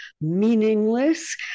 meaningless